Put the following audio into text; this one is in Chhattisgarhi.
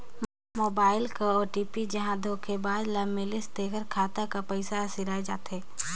मोबाइल कर ओ.टी.पी जहां धोखेबाज ल मिलिस तेकर खाता कर पइसा हर सिराए जाथे